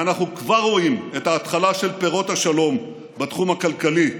ואנחנו כבר רואים את ההתחלה של פירות השלום בתחום הכלכלי,